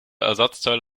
ersatzteil